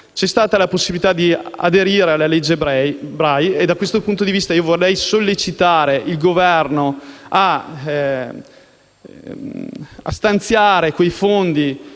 C'è stata la possibilità di aderire alla cosiddetta legge Bray e da questo punto di vista vorrei sollecitare il Governo a stanziare quei fondi